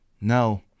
No